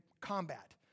combat